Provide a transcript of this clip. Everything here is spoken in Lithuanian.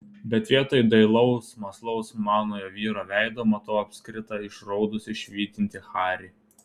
bet vietoj dailaus mąslaus manojo vyro veido matau apskritą išraudusį švytintį harį